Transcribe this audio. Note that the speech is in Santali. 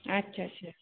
ᱟᱪᱪᱷᱟ ᱟᱪᱪᱷᱟ